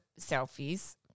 selfies